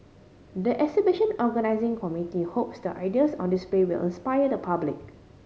the exhibition organising committee hopes the ideas on display will inspire the public